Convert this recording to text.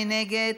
מי נגד?